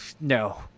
no